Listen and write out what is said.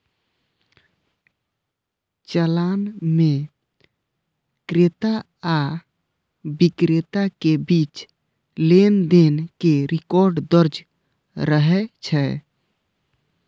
चालान मे क्रेता आ बिक्रेता के बीच लेनदेन के रिकॉर्ड दर्ज रहै छै